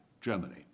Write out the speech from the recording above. Germany